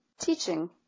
teaching